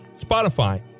Spotify